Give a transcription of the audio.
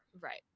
right